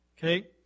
Okay